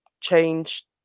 change